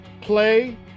Play